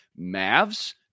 Mavs